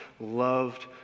loved